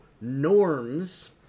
norms